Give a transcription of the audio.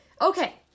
Okay